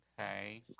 okay